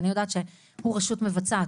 אני יודעת שהוא רשות מבצעת,